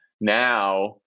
Now